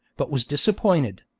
but was disappointed.